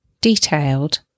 detailed